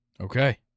Okay